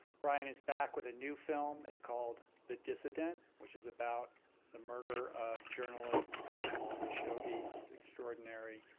bryan is back with a new film, it's called the dissident, which is about the murder of journalist jamal khashoggi. it's extraordinary.